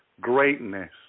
greatness